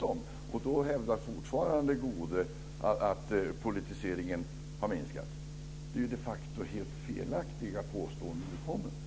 Och då hävdar Goude fortfarande att politiseringen har minskat. Det är de facto helt felaktiga påståenden som han kommer med.